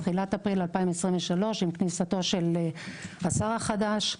תחילת אפריל 2023 עם כניסת השר החדש,